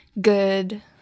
good